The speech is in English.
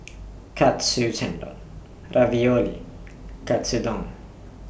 Katsu Tendon Ravioli Katsudon